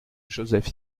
joseph